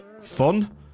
fun